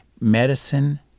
medicine